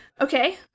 Okay